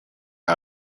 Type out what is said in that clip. out